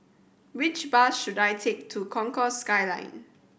which bus should I take to Concourse Skyline